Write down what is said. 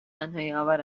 تنهاییآور